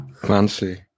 fancy